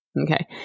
okay